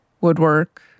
woodwork